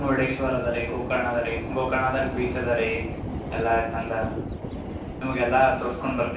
ಮುರ್ಡೇಶ್ವರ ಅದ ರೀ ಗೋಕರ್ಣ ಅದ ರೀ ಗೋಕರ್ಣದಾಗ ಬೀಚ್ ಅದ ರೀ ಎಲ್ಲ ಚಂದ ನಿಮಗೆ ಎಲ್ಲ ತೋರ್ಸ್ಕೊಂಡು ಬರ್ತೀವಿ ರೀ